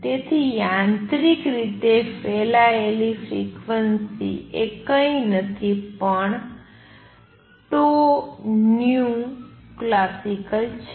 તેથી યાંત્રિક રીતે ફેલાયેલ ફ્રિક્વન્સી એ કંઇ નથી પણ classical છે